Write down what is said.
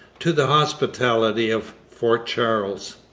to the hospitality of fort charles.